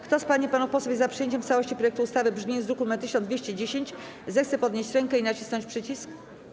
Kto z pań i panów posłów jest za przyjęciem w całości projektu ustawy w brzmieniu z druku nr 1210, zechce podnieść rękę i nacisnąć przycisk.